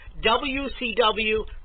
WCW